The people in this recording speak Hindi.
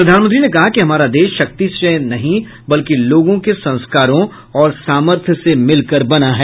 प्रधानमंत्री ने कहा कि हमारा देश शक्ति से नहीं बल्कि लोगों के संस्कारों और सामर्थय से मिलकर बना है